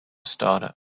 starter